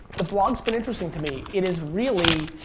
the vlog's been interesting to me. it is really